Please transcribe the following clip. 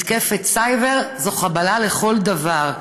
מתקפת סייבר זו חבלה לכל דבר.